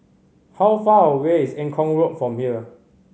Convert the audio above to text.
how far away is Eng Kong Road from here